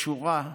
יש שורה: